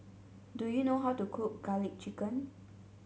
do you know how to cook garlic chicken